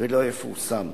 ולא יפורסם.